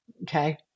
Okay